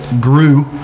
grew